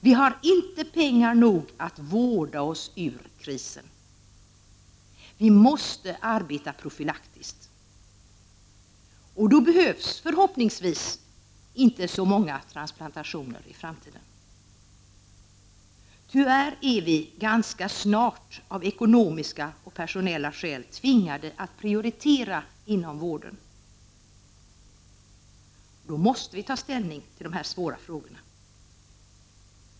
Vi har inte pengar nog att vårda oss ur krisen. Vi måste arbeta profylaktiskt. Då behövs förhoppningsvis inte så många transplantationer i framtiden. Tyvärr kommer vi ganska snart av ekonomiska och personella skäl att bli tvingade att prioritera inom vården. Då måste vi ta ställning till dessa svåra frågor.